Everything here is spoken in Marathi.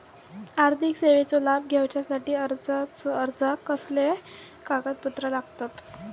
आर्थिक सेवेचो लाभ घेवच्यासाठी अर्जाक कसले कागदपत्र लागतत?